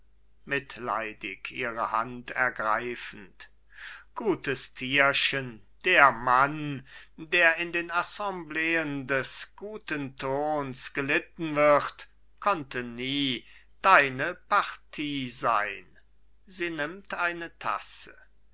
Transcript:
mitleidig ihre hand ergreifend gutes tierchen der mann der in den assembleen des guten tons gelitten wird konnte nie deine partie sein sie nimmt eine tasse